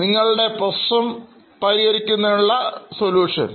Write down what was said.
നിങ്ങളുടെ പ്രശ്നം പരിഹരിക്കുന്നതിനുള്ള സൊല്യൂഷൻ